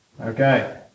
okay